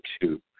two